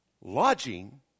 Lodging